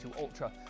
Ultra